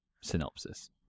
synopsis